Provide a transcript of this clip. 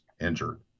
injured